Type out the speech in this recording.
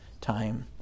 time